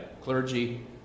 clergy